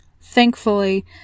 thankfully